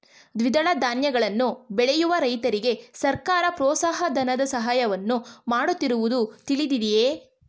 ದ್ವಿದಳ ಧಾನ್ಯಗಳನ್ನು ಬೆಳೆಯುವ ರೈತರಿಗೆ ಸರ್ಕಾರ ಪ್ರೋತ್ಸಾಹ ಧನದ ಸಹಾಯವನ್ನು ಮಾಡುತ್ತಿರುವುದು ತಿಳಿದಿದೆಯೇ?